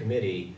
committee